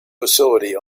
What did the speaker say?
facility